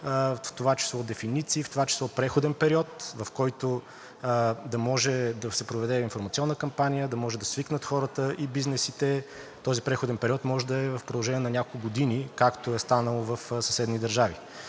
в това число дефиниции, в това число преходен период, в който да може да се проведе информационна кампания, да може да свикнат хората и бизнесите. Този преходен период може да е в продължение на няколко години, както е станало в съседни държави.